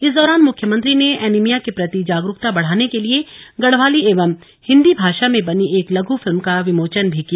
इस दौरान मुख्यमंत्री नेएनीमिया के प्रति जागरूकता बढ़ाने के लिए गढ़वाली एवं हिन्दी भाषा में बनी एक लघ् फिल्म का विमोचन भी किया